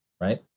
right